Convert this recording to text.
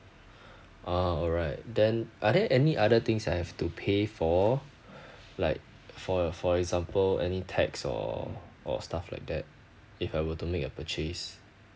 ah alright then are there any other things I have to pay for like for for example any tax or or stuff like that if I were to make a purchase